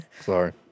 Sorry